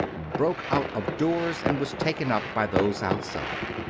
broke out of doors, and was taken up by those outside.